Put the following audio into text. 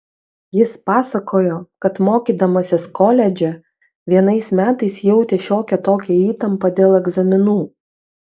jis pasakojo kad mokydamasis koledže vienais metais jautė šiokią tokią įtampą dėl egzaminų